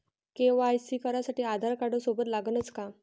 KYC करासाठी आधारकार्ड सोबत लागनच का?